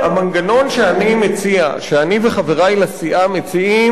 המנגנון שאני וחברי לסיעה מציעים,